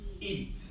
eat